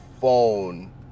phone